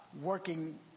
working